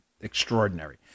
extraordinary